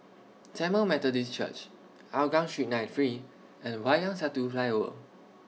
Tamil Methodist Church Hougang Street ninety three and Wayang Satu Flyover